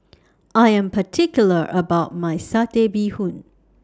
I Am particular about My Satay Bee Hoon